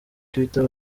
twitter